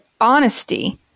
honesty